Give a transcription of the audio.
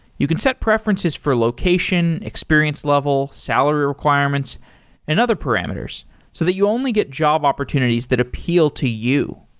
you can set preferences for location, experience level, salary requirements and other parameters so that you only get job opportunities that appeal to you.